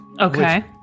Okay